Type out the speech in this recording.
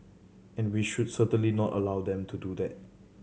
and we should certainly not allow them to do that